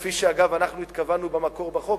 כפי שאנחנו התכוונו במקור בחוק,